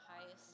highest